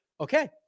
okay